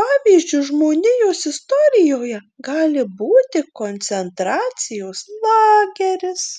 pavyzdžiu žmonijos istorijoje gali būti koncentracijos lageris